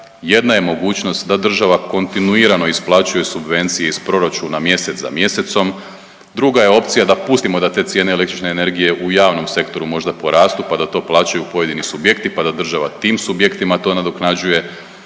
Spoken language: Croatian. jedna je mogućnost da država kontinuirano isplaćuje subvencije iz proračuna mjesec za mjesecom, druga je opcija da pustimo da te cijene električne energije u javnom sektoru možda porastu pa da to plaćaju pojedini subjekti da pa da država tim subjektima to nadoknađuje,